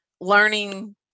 learning